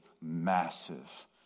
massive